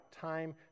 time